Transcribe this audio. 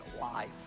life